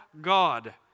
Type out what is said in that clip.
God